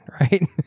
right